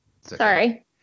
Sorry